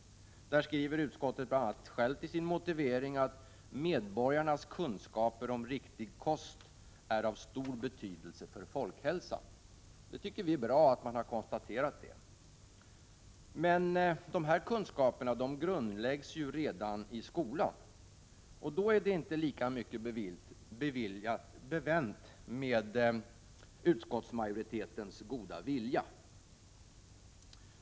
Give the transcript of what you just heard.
Utskottet skriver i sin motivering bl.a. följande: ”Medborgarnas kunska per om riktig kost är av stor betydelse för folkhälsan.” Vi tycker att det är bra att utskottet har konstaterat detta. Dessa kunskaper grundläggs ju redan i skolan, men då är det inte lika mycket bevänt med utskottsmajoritetens goda vilja.